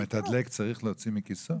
המתדלק צריך להוציא מכיסו?